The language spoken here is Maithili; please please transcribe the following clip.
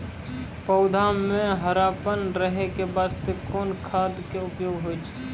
पौधा म हरापन रहै के बास्ते कोन खाद के उपयोग होय छै?